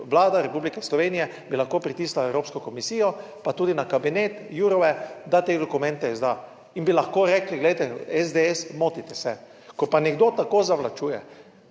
Vlada Republike Slovenije bi lahko pritiskala na Evropsko komisijo pa tudi na kabinet Jourove, da te dokumente izda in bi lahko rekli, glejte SDS motite se. Ko pa nekdo tako zavlačuje,